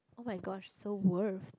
oh-my-gosh so worth